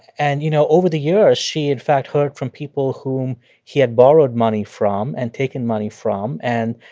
and, you know, over the years, she in fact heard from people whom he had borrowed money from and taken money from. and,